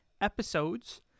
episodes